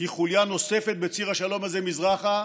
היא חוליה נוספת בציר השלום הזה מזרחה,